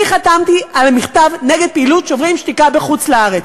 אני חתמתי על מכתב נגד פעילות "שוברים שתיקה" בחוץ-לארץ.